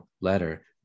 letter